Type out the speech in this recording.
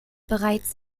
bereits